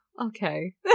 okay